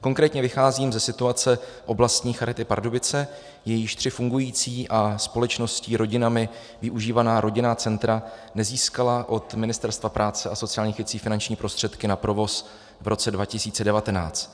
Konkrétně vycházím ze situace Oblastní charity Pardubice, jejíž tři fungující a společností, rodinami využívaná rodinná centra nezískala od Ministerstva práce a sociálních věcí finanční prostředky na provoz v roce 2019.